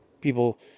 people